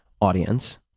audience